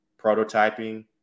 prototyping